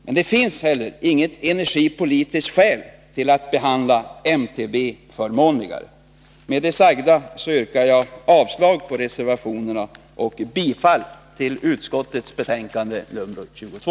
Men det finns heller inget energipolitiskt skäl till att behandla MTBE förmånligare. Med det sagda yrkar jag avslag på reservationerna och bifall till hemställan i utskottets betänkande nr 22.